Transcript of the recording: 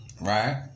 right